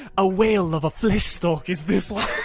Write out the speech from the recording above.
a whale of a flesch stalk is this one.